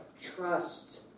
Trust